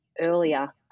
earlier